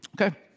Okay